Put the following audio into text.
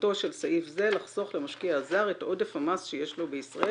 מטרתו של סעיף זה לחסוך למשקיע הזר את עודף המס שיש לו בישראל,